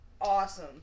awesome